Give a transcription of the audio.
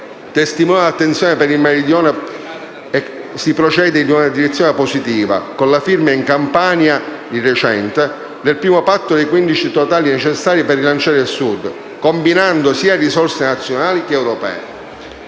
del primo patto - dei quindici totali necessari - per rilanciare il Sud, combinando sia risorse nazionali che europee.